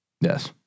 Yes